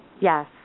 Yes